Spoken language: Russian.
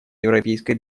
европейской